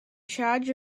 charge